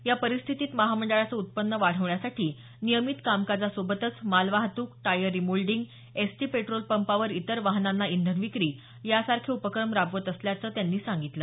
या परिस्थितीत महामंडळाचं उत्पन्न वाढवण्यासाठी नियमित कामकाजासोबत मालवाहतूक टायर रिमोल्डिंग एसटी पेट्रोल पंपावर इतर वाहनांना इंधन विक्री सारखे उपक्रम राबवत असल्याचं त्यांनी सांगितलं